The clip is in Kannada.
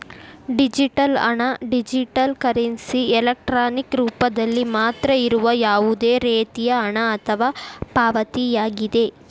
ಡಿಜಿಟಲ್ ಹಣ, ಅಥವಾ ಡಿಜಿಟಲ್ ಕರೆನ್ಸಿ, ಎಲೆಕ್ಟ್ರಾನಿಕ್ ರೂಪದಲ್ಲಿ ಮಾತ್ರ ಇರುವ ಯಾವುದೇ ರೇತಿಯ ಹಣ ಅಥವಾ ಪಾವತಿಯಾಗಿದೆ